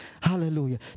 Hallelujah